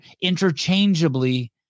interchangeably